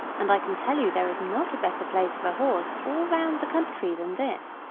and i can tell you there is not a better place for a horse all round the country than this.